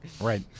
Right